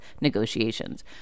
negotiations